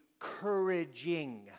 couraging